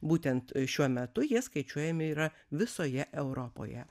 būtent šiuo metu jie skaičiuojami yra visoje europoje